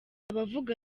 abavuga